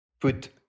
put